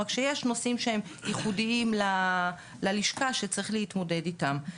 רק שיש נושאים שהם ייחודיים ללשכה שצריך להתמודד איתם.